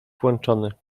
włączony